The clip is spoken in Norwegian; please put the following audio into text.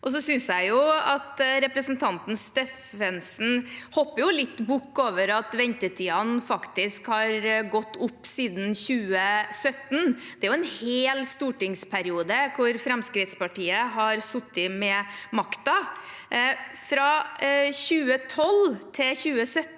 Så synes jeg at representanten Steffensen hopper litt bukk over at ventetidene faktisk har gått opp siden 2017. Det er jo en hel stortingsperiode hvor Fremskrittspartiet har sittet med makten. Fra 2012 til 2017